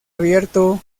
abierto